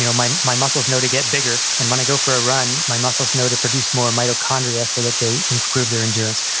you know my my muscles know to get bigger and when i go for a run, my muscles know to produce more mitochondria so that they improve their endurance?